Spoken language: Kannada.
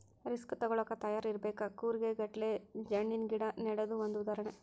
ರಿಸ್ಕ ತುಗೋಳಾಕ ತಯಾರ ಇರಬೇಕ, ಕೂರಿಗೆ ಗಟ್ಲೆ ಜಣ್ಣಿನ ಗಿಡಾ ನೆಡುದು ಒಂದ ಉದಾಹರಣೆ